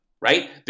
right